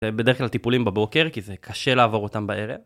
בדרך כלל טיפולים בבוקר, כי זה קשה לעבור אותם בערב.